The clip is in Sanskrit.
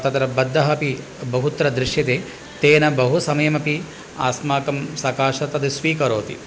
तत्र बद्धः अपि बहुत्र दृश्यते तेन बहुसमयमपि अस्माकं सकाशात् तत् स्वीकरोति